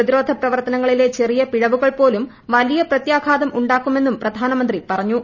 പ്രതിരോധ പ്രവർത്തനങ്ങളിലെ ചെറിയ പിഴവുകൾ പോലും വലിയ പ്രത്യാഘാതം ഉണ്ടാക്കുമെന്നും പ്രധാനമന്ത്രി പറഞ്ഞു